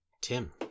Tim